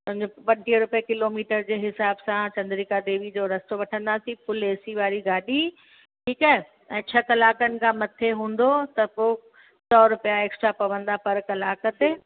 सम्झो पंजटीह रुपये किलोमीटर जे हिसाब सां चंद्रीका देवी जो रस्तो वठंदासीं फ़ुल ए सी वारी गाॾी ठीकु आहे ऐं छह कलाकनि खां मथे हूंदो त पोइ सौ रुपिया एक्स्ट्रा पवंदा पर कलाक ते